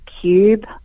cube